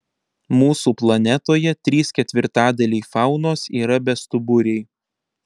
mūsų planetoje trys ketvirtadaliai faunos yra bestuburiai